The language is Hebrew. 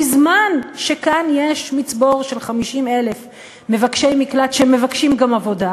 בזמן שכאן יש מצבור של 50,000 מבקשי מקלט שמבקשים גם עבודה,